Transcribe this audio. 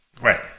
Right